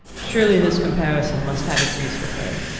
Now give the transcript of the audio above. surely this comparison must have its use with her.